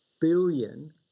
billion